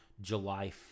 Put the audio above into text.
July